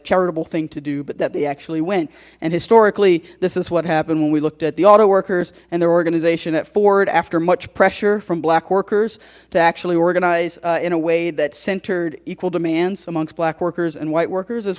charitable thing to do but that they actually went and historically this is what happened when we looked at the auto workers and their organization at ford after much pressure from black workers to actually organize in a way that centered equal demands amongst black workers and white workers as